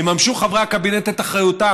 יממשו חברי הקבינט את אחריותם.